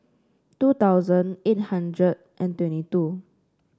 two thousand eight hundred and twenty two